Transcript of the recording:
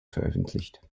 veröffentlicht